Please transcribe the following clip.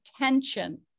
attention